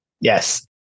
Yes